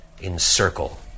encircle